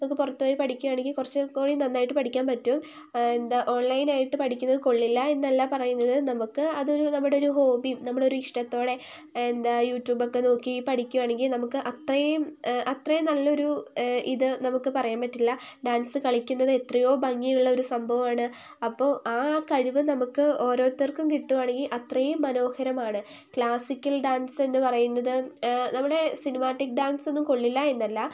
ഒക്കെ പുറത്തുപോയി പഠിക്കുകയാണെങ്കിൽ കുറച്ചുകൂടിയും നന്നായിട്ട് പഠിക്കാൻ പറ്റും എന്താ ഓൺലൈനായിട്ട് പഠിക്കുന്നത് കൊള്ളില്ല എന്നല്ല പറയുന്നത് നമുക്ക് അതൊരു നമ്മുടെയൊരു ഹോബിയും നമ്മുടെയൊരു ഇഷ്ടത്തോടെ എന്താ യൂട്യൂബൊക്കെ നോക്കി പഠിക്കുകയാണെങ്കിൽ നമുക്ക് അത്രയും അത്രയും നല്ലൊരു ഇത് നമുക്ക് പറയാൻ പറ്റില്ല ഡാൻസ് കളിക്കുന്നത് എത്രയോ ഭംഗിയുള്ളൊരു സംഭവമാണ് അപ്പോൾ ആ കഴിവ് നമുക്ക് ഓരോരുത്തർക്കും കിട്ടുകയാണെങ്കിൽ അത്രയും മനോഹരമാണ് ക്ലാസിക്കൽ ഡാൻസെന്നു പറയുന്നത് നമ്മുടെ സിനിമാറ്റിക് ഡാൻസൊന്നും കൊള്ളില്ല എന്നല്ല